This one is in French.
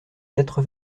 quatre